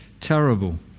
terrible